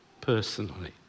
personally